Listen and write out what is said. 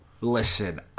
Listen